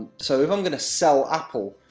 so, if i'm going to sell apple